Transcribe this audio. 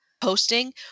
posting